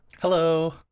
Hello